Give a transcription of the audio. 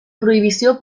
prohibició